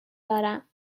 دارم